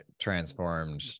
transformed